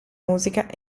musica